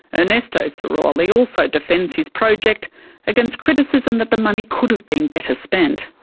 ah ernesto sirolli also defends his project against criticism that the money could have been better spent.